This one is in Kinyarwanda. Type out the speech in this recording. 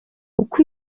uko